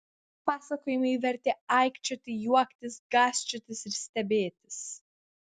pasakojimai vertė aikčioti juoktis gąsčiotis ir stebėtis